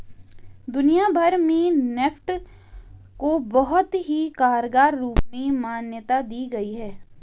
दुनिया भर में नेफ्ट को बहुत ही कारगर रूप में मान्यता दी गयी है